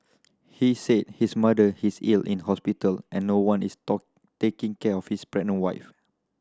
he said his mother is ill in hospital and no one is taking care of his pregnant wife